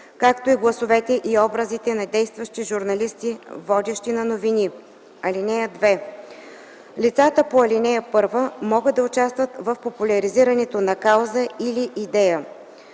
както и гласовете и образите на действащи журналисти – водещи на новини. (2) Лицата по ал. 1 могат да участват в популяризирането на кауза или идея.”